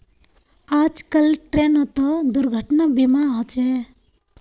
आजकल ट्रेनतो दुर्घटना बीमा होचे